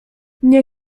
nie